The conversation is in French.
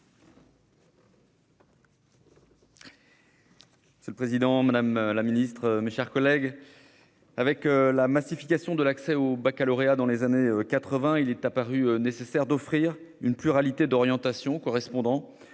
Monsieur le président, madame la ministre, mes chers collègues, avec la massification de l'accès au baccalauréat dans les années 1980, il est apparu nécessaire d'offrir une pluralité d'orientations correspondant, dans